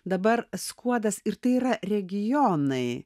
dabar skuodas ir tai yra regionai